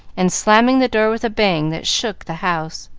and slamming the door with a bang that shook the house.